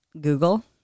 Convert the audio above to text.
Google